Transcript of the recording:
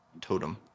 Totem